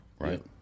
right